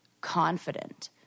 confident